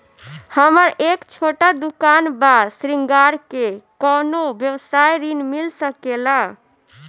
हमर एक छोटा दुकान बा श्रृंगार के कौनो व्यवसाय ऋण मिल सके ला?